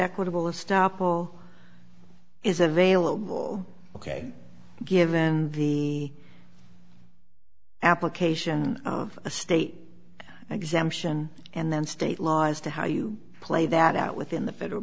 equitable a stop will is available ok give and be application of a state exemption and then state law as to how you play that out within the federal